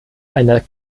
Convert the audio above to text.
einer